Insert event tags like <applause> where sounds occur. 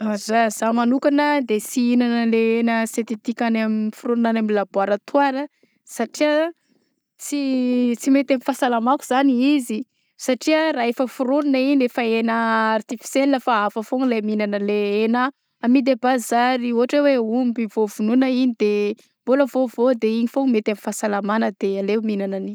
Raha zah manokana de sy hihignana le hena sentetika any foagnaronona any amin'ny labôratoara satria tsy <hesitation> tsy mety amy fahasalamako zany izy, satria raha efa foronona igny, efa hena artifisiela fa hafa foagna le mihinana le hena amidy a bazary ôhatra hoe omby vao vonoina igny de mbôla vaovao de igny foagnany mety amy fasalamana de aleo mihignana agniny.